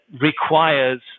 requires